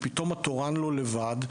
ופתאום התורן לא לבד,